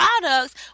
products